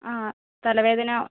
ആ തലവേദന